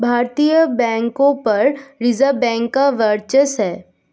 भारतीय बैंकों पर रिजर्व बैंक का वर्चस्व है